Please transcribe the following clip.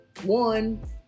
one